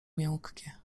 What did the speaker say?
miękkie